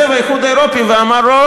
אני לא רוצה לראות רוצחים מחוץ לכלא.